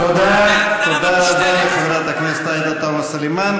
תודה רבה לך, חברת הכנסת עאידה תומא סלימאן.